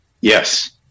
Yes